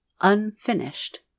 unfinished